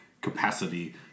capacity